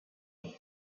demi